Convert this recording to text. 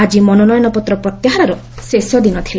ଆଜି ମନୋନୟନ ପତ୍ର ପ୍ରତ୍ୟାହାରର ଶେଷ ଦିନ ଥିଲା